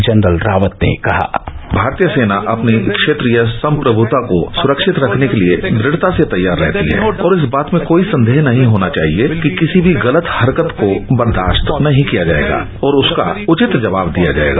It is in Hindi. जनरल रावत ने कहा भारतीय सेना अपनी क्षेत्रीय संप्रभूता को सुरक्षित रखने के लिए द्रढ़ता से तैयार रहती है और इस बात में कोई संदेह नहीं होना चाहिए कि किसी भी गलत हरकत को बदश्त नहीं किया जाएगा और उसका उचित जवाब दिया जाएगा